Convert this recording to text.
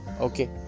okay